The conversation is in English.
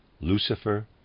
Lucifer